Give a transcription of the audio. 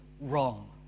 wrong